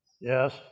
Yes